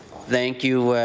thank you,